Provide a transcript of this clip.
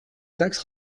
taxe